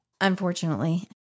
Unfortunately